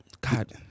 God